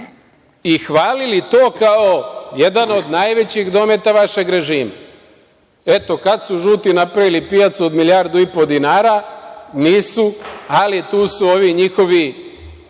i hvalili to kao jedan od najvećih dometa vašeg režima. Eto, kada su žuti napravili pijacu od milijardu i po dinara? Nisu, ali tu su ovi njihovi